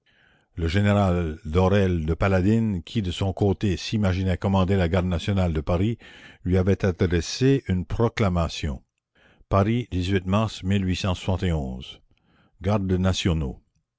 le général d'aurelle de paladine qui de son côté s'imaginait commander la garde nationale de paris lui avait adressé une proclamation aris mars ar nationaux